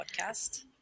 podcast